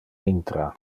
intra